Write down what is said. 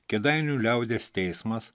kėdainių liaudies teismas